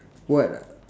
what ah